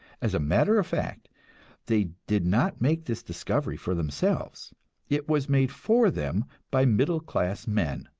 as a matter of fact they did not make this discovery for themselves it was made for them by middle-class men,